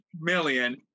million